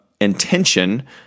intention